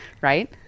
right